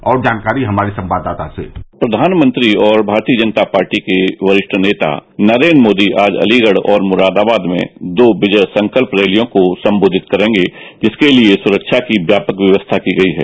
और जानकारी हमारे संवाददाता से प्रधान मंत्री और भाजपा के वरिष्ठ नेता नरेंद्र मोदी आज अलीगढ़ और मुरादाबाद में दो विजय संकल्प रैली को संबोधित करेंगे जिसके लिए सुरक्षा की व्यापक व्यवस्था की गई है